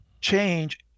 change